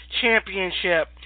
Championship